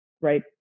right